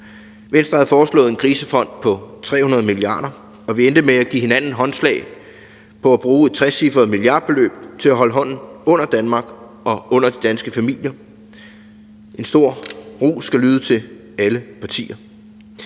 Venstre havde foreslået en krisefond på 300 mia. kr., og vi endte med at give hinanden håndslag på at bruge et trecifret milliardbeløb til at holde hånden under Danmark og under de danske familier. En stor ros skal lyde til alle partier.